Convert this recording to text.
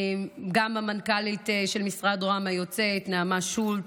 גם המנכ"לית של משרד ראש הממשלה היוצא נעמה שולץ,